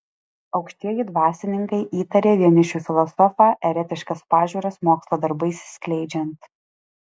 aukštieji dvasininkai įtarė vienišių filosofą eretiškas pažiūras mokslo darbais skleidžiant